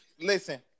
Listen